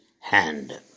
hand